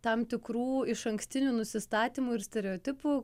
tam tikrų išankstinių nusistatymų ir stereotipų